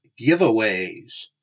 giveaways